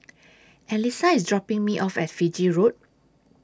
Alysa IS dropping Me off At Fiji Road